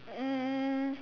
um